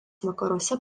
vakaruose